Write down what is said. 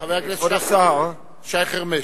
חבר הכנסת שי חרמש.